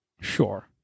Sure